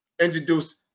introduce